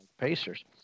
Pacers